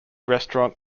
restaurant